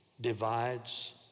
divides